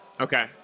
Okay